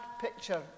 picture